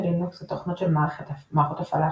לינוקס ותוכנות של מערכות הפעלה אחרות.